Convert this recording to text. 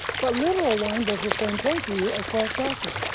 but literal wine does the same thing to you as false doctrine.